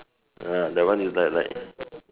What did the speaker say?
ya that one is like like uh